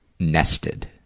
nested